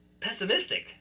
pessimistic